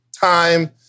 Time